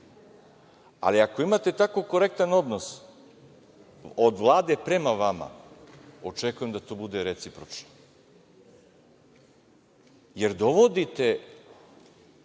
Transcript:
ako imate tako korektan odnos od Vlade prema vama, očekujem da to bude recipročno, jer dovodite,